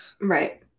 Right